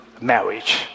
marriage